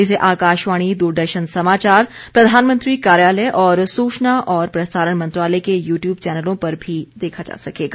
इसे आकाशवाणी दूरदर्शन समाचार प्रधानमंत्री कार्यालय और सूचना और प्रसारण मंत्रालय के यू ट्यूब चैनलों पर भी देखा जा सकेगा